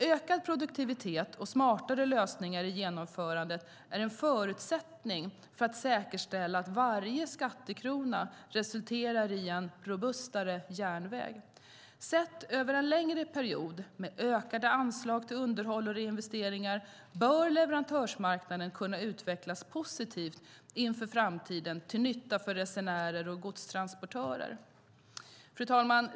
Ökad produktivitet och smartare lösningar i genomförandet är en förutsättning för att säkerställa att varje skattekrona resulterar i en robustare järnväg. Sett över en längre period med ökade anslag till underhåll och reinvesteringar bör leverantörsmarknaden kunna utvecklas positivt inför framtiden, till nytta för resenärer och godstransportörer. Fru talman!